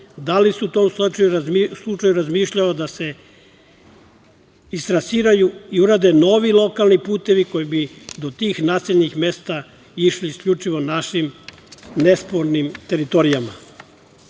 da li se u tom slučaju razmišlja da se istrasiraju i urade novi lokalni putevi koji bi to tih naseljenih mesta išli isključivo našim nespornim teritorijama?